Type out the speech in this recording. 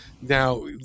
Now